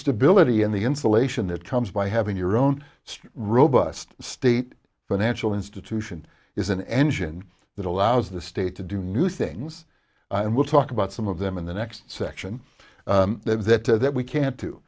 stability in the insulation that comes by having your own state robust state financial institution is an engine that allows the state to do new things and we'll talk about some of them in the next section of that to that we can't